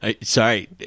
Sorry